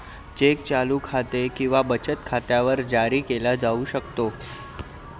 check चालू खाते किंवा बचत खात्यावर जारी केला जाऊ शकतो